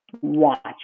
watch